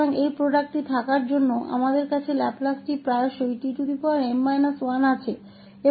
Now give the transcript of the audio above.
तो यह उत्पाद होने के कारण हमारे पास tm 1 का लैपलेस है और हमारे पास वहां उत्पाद है